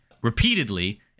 repeatedly